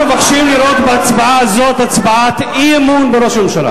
לסדר ההצבעה בלבד.